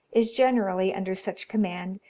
is generally under such command,